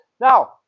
Now